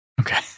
Okay